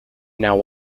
now